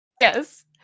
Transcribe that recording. Yes